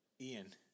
Ian